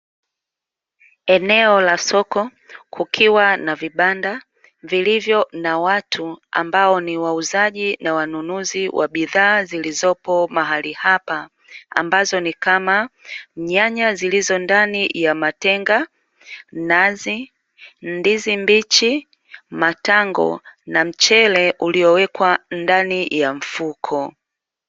Eneo la soko kukiwa na vibanda vilivyo na watu ambao ni wauzaji na wanunuzi wa bidhaa zilizopo mahali hapa, ambazo ni kama nyanya zilizo ndani ya matenga, nazi, ndizi mbichi, matango na mchele uliowekwa ndani ya mfuko.